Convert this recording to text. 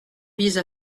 vise